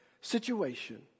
situation